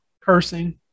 cursing